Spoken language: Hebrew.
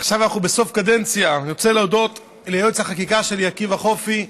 עכשיו אנחנו בסוף קדנציה אני רוצה להודות ליועץ החקיקה שלי עקיבא חופי,